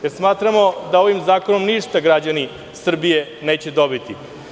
Smatramo da ovim zakonom ništa građani Srbije neće dobiti.